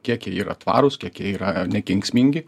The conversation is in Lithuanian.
kiek jie yra tvarūs kiek jie yra nekenksmingi